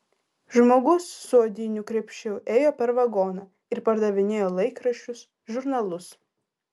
žmogus su odiniu krepšiu ėjo per vagoną ir pardavinėjo laikraščius žurnalus